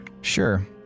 Sure